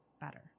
better